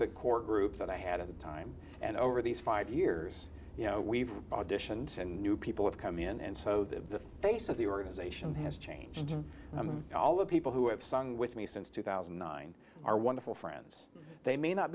the core group that i had of the time and over these five years you know we've auditioned and new people have come in and so the face of the organization has changed to all the people who have sung with me since two thousand and nine are wonderful friends they may not